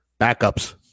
Backups